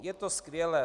Je to skvělé.